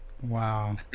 wow